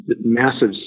massive